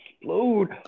Explode